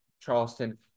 Charleston